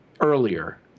earlier